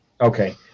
Okay